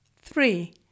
Three